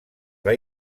van